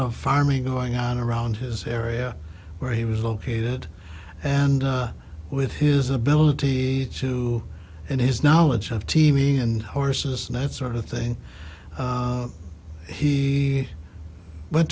of farming going on around his area where he was located and with his ability to and his knowledge of t v and horses and that sort of thing he went